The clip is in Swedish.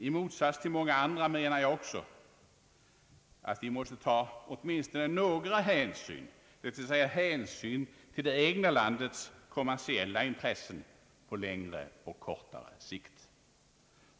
I motsats till många andra menar jag också att vi måste ta åtminstone några hänsyn, dvs. hänsyn till det egna landets kommersiella intressen på längre och kortare sikt.